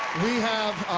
we have,